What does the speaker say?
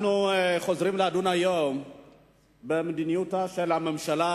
אנחנו חוזרים לדון היום במדיניותה של הממשלה